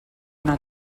una